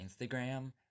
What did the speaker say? Instagram